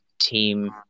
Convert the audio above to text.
team